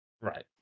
Right